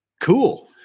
Cool